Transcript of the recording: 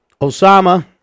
Osama